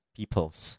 peoples